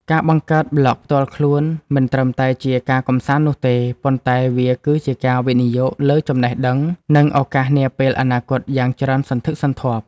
ការបង្កើតប្លក់ផ្ទាល់ខ្លួនមិនត្រឹមតែជាការកម្សាន្តនោះទេ ប៉ុន្តែវាគឺជាការវិនិយោគលើចំណេះដឹង និងឱកាសនាពេលអនាគតយ៉ាងច្រើនសន្ធឹកសន្ធាប់